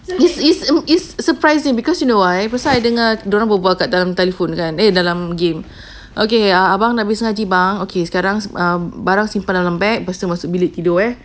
is is is u~ is surprising because you know why pasal mereka berbual dalam telephone kan eh dalam game okay abang dah habis ngaji bang okay sekarang barang simpan dalam beg lepas tu balik bilik tidur eh